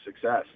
success